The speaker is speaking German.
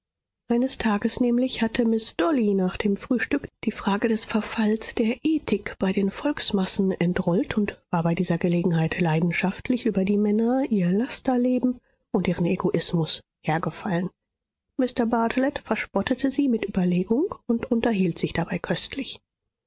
eines tages nämlich hatte miß dolly nach dem frühstück die frage des verfalls der ethik bei den volksmassen entrollt und war bei dieser gelegenheit leidenschaftlich über die männer ihr lasterleben und ihren egoismus hergefallen mr bartelet verspottete sie mit überlegung und unterhielt sich dabei köstlich